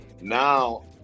now